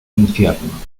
infierno